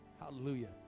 Hallelujah